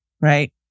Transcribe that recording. right